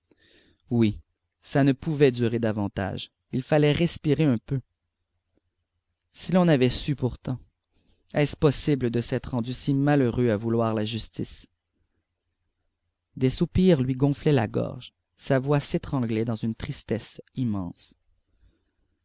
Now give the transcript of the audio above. oui ça ne pouvait durer davantage il fallait respirer un peu si l'on avait su pourtant est-ce possible de s'être rendu si malheureux à vouloir la justice des soupirs lui gonflaient la gorge sa voix s'étranglait dans une tristesse immense